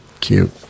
cute